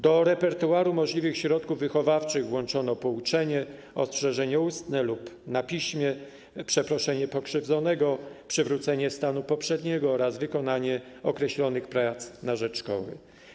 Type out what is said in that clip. Do repertuaru możliwych środków wychowawczych włączono pouczenie, ostrzeżenie ustne lub na piśmie, przeproszenie pokrzywdzonego, przywrócenie stanu poprzedniego oraz wykonanie określonych prac na rzecz szkoły.